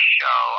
show